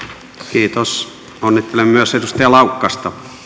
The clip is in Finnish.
onnittelemme myös edustaja laukkasta